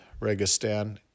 Registan